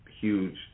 huge